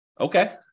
Okay